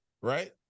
right